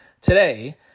today